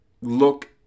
look